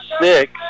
six